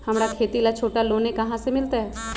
हमरा खेती ला छोटा लोने कहाँ से मिलतै?